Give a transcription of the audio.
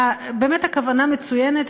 באמת, הכוונה מצוינת.